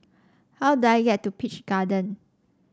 how do I get to Peach Garden